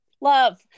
Love